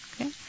Okay